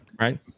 right